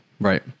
Right